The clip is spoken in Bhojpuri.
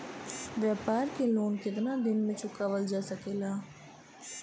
व्यापार के लोन कितना दिन मे चुकावल जा सकेला?